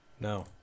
No